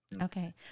Okay